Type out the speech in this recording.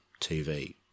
TV